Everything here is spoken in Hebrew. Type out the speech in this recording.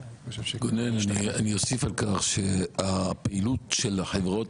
גונן, אני אוסיף על כך שהפעילות של חברות